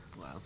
Wow